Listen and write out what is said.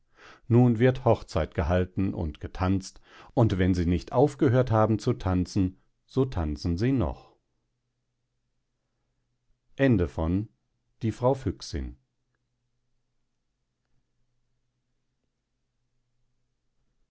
nun wird hochzeit gehalten und getanzt und wenn sie nicht aufgehört haben zu tanzen so tanzen sie noch